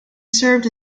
served